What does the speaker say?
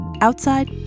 outside